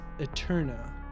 Eterna